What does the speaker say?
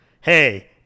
hey